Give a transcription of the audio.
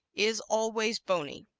is always bony.